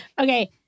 Okay